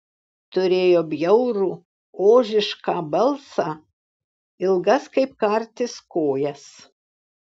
turėjo bjaurų ožišką balsą ilgas kaip kartis kojas